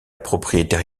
propriétaire